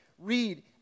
Read